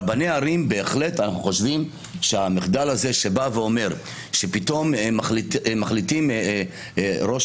רבני ערים אנחנו בהחלט חושבים שיש מחדל שפתאום מחליט ראש